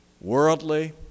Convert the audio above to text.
worldly